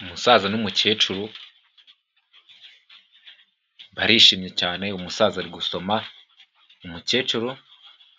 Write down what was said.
Umusaza n'umukecuru barishimye cyane, umusaza gusoma umukecuru